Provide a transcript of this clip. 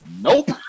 Nope